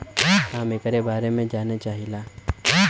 हम एकरे बारे मे जाने चाहीला?